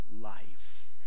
life